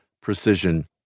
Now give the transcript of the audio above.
precision